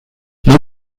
nur